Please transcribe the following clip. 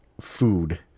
food